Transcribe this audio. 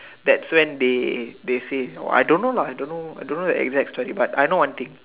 that so end the disease I don't know I don't know that exist to you buy I know one